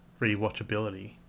rewatchability